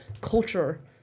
culture